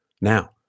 now